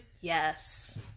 Yes